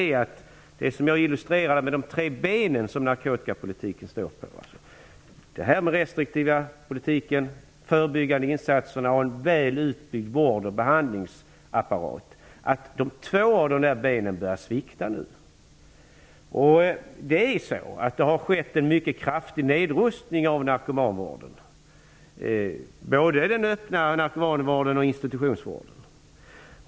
Det gäller det som jag illustrerade som de tre ben som narkotikapolitiken står på: en restriktiv politik, förebyggande insatser och en välutbyggd vård och behandlingsapparat. Nu börjar nämligen två av dessa ben att svikta. Det har skett en mycket kraftig nedrustning av narkomanvården, både av den öppna narkomanvården och av institutionsvården.